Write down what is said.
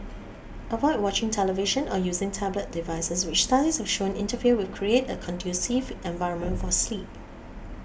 avoid watching television or using tablet devices which studies have shown interfere with Create a conducive environment for sleep